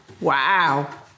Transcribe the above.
Wow